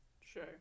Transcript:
Sure